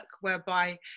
whereby